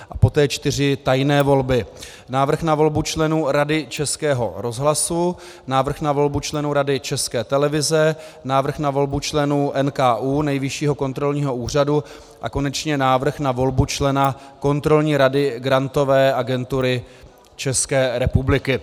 A poté čtyři tajné volby, Návrh na volbu členů Rady Českého rozhlasu, Návrh na volbu členů Rady České televize, Návrh na volbu členů NKÚ, Nejvyššího kontrolního úřadu a konečně Návrh na volbu člena Kontrolní rady Grantové agentury České republiky.